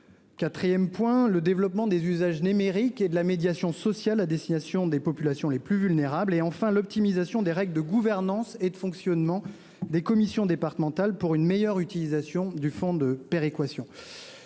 accompagner le développement des usages numériques et de la médiation sociale à destination des populations les plus vulnérables. Enfin, nous avons souhaité optimiser les règles de gouvernance et de fonctionnement des commissions départementales, pour une meilleure utilisation du fonds de péréquation.